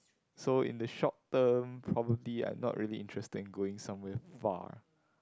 so in the short term probably I'm not really interested in going somewhere far